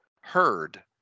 heard